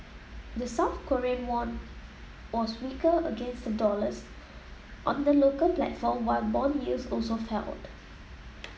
the South Korean won was weaker against the dollars on the local platform while bond yields also felt